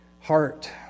heart